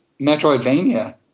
Metroidvania